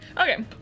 Okay